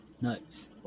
Nuts